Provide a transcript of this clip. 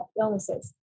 illnesses